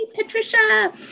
Patricia